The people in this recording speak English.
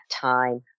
time